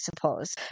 suppose